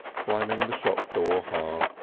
slamming the shop door hard.